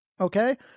okay